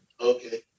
Okay